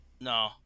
No